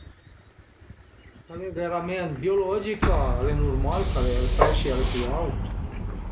S'a l'e veramènt biologica al e nurmal ch'ël presi al e pì aut